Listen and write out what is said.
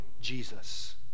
Jesus